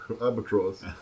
albatross